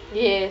yes